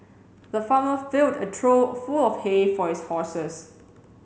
the farmer filled a trough full of hay for his horses